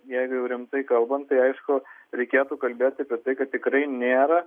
jeigu rimtai kalbant tai aišku reikėtų kalbėt apie tai kad tikrai nėra